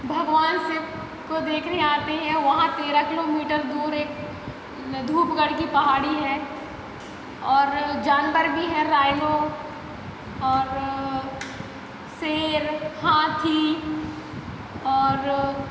भगवान से को देखने आते हैं वहाँ तेरह किलोमीटर दूर एक ल धूपगढ़ की पहाड़ी है और जानवर भी हैं रायनो और शेर हाथी और